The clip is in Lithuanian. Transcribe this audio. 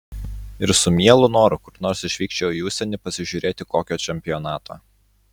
ir su mielu noru kur nors išvykčiau į užsienį pasižiūrėti kokio čempionato